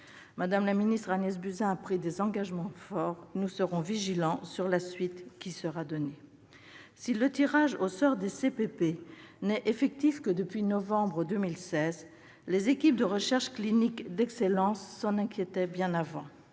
La ministre Mme Agnès Buzyn a pris des engagements forts ; nous serons vigilants sur la suite qui y sera donnée. Si le tirage au sort des CPP n'est effectif que depuis novembre 2016, les équipes de recherche clinique d'excellence s'en inquiétaient bien avant.